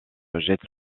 jette